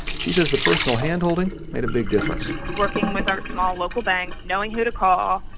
she says the personal handholding made a big difference working with our small local bank, knowing who to call,